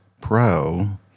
Pro